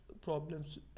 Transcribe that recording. problems